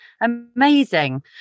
amazing